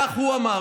כך הוא אמר,